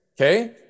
okay